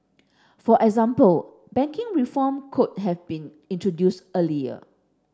for example banking reform could have been introduced earlier